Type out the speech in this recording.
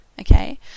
okay